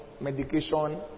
medication